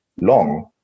long